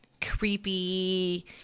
creepy